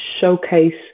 showcase